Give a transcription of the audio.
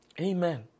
Amen